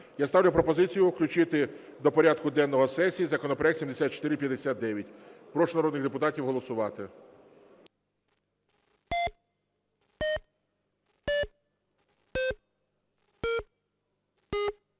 Я ставлю пропозицію включити до порядку денного сесії законопроект 7459. Прошу народних депутатів голосувати.